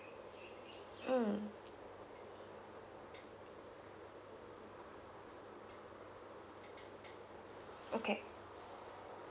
mm okay